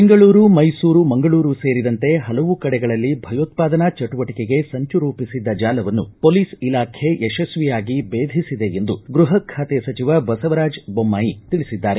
ಬೆಂಗಳೂರು ಮೈಸೂರು ಮಂಗಳೂರು ಸೇರಿದಂತೆ ಹಲವು ಕಡೆಗಳಲ್ಲಿ ಭಯೋತ್ಪಾದನಾ ಚಟುವಟಿಕೆಗೆ ಸಂಚು ರೂಪಿಸಿದ್ದ ಜಾಲವನ್ನು ಪೊಲೀಸ್ ಇಲಾಖೆ ಯಶ್ವಿಯಾಗಿ ಬೇಧಿಸಿದೆ ಎಂದು ಗೃಹ ಖಾತೆ ಸಚಿವ ಬಸವರಾಜ ಬೊಮ್ನಾಯಿ ತಿಳಿಸಿದ್ದಾರೆ